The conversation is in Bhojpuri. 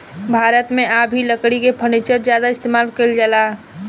भारत मे आ भी लकड़ी के फर्नीचर ज्यादा इस्तेमाल कईल जाला